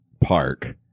park